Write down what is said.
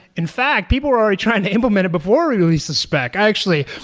in fact, people were already trying to implement it before we release the spec. actually,